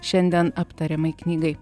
šiandien aptariamai knygai